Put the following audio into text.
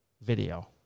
video